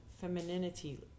femininity